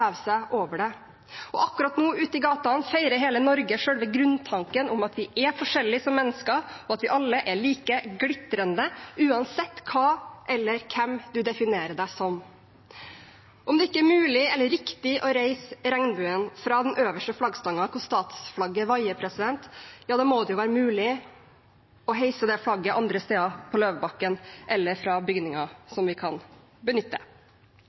seg over det. Akkurat nå, ute i gatene, feirer hele Norge selve grunntanken om at vi er forskjellige som mennesker, og at vi alle er like glitrende uansett hva eller hvem man definerer seg som. Om det ikke er mulig eller riktig å heise regnbuen fra den øverste flaggstangen, der statsflagget vaier, må det jo være mulig å heise det flagget andre steder på Løvebakken eller fra bygninger vi kan benytte.